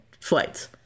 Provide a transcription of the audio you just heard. flights